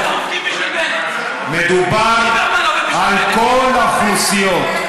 מדובר על כל האוכלוסיות,